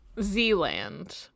Z-Land